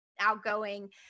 outgoing